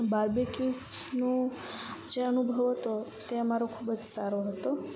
બાર્બીક્યુઝનું જે અનુભવ હતો તે અમારો ખૂબ જ સારો હતો